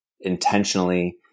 intentionally